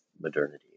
modernity